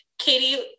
Katie